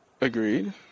Agreed